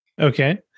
Okay